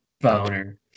Boner